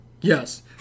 Yes